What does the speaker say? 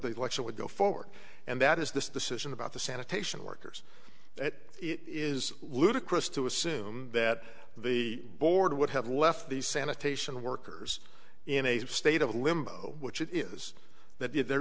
the would go forward and that is this decision about the sanitation workers that it is ludicrous to assume that the board would have left these sanitation workers in a state of limbo which it is that they're